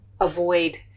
avoid